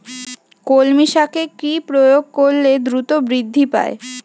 কলমি শাকে কি প্রয়োগ করলে দ্রুত বৃদ্ধি পায়?